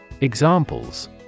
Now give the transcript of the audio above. examples